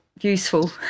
useful